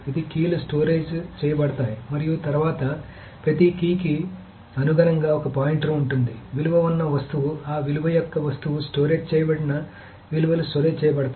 ఇది కీలు స్టోరేజ్ చేయబడతాయి మరియు తరువాత ప్రతి కీకి అనుగుణంగా ఒక పాయింటర్ ఉంది విలువ ఉన్న వస్తువు ఆ విలువ యొక్క వస్తువు స్టోరేజ్ చేయబడిన విలువలు స్టోరేజ్ చేయబడతాయి